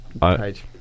page